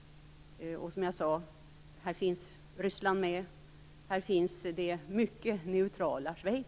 Som jag sade finns Ryssland med, och även t.ex. det mycket neutrala Schweiz.